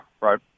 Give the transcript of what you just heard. Right